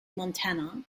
montana